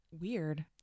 Weird